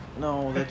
no